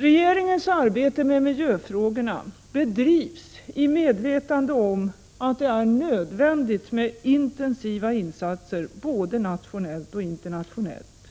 Regeringens arbete med miljöfrågorna bedrivs i medvetande om att det är nödvändigt med intensiva insatser både nationellt och internationellt.